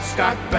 Scott